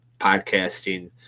podcasting